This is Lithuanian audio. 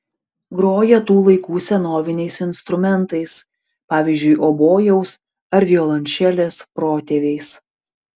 groja tų laikų senoviniais instrumentais pavyzdžiui obojaus ar violončelės protėviais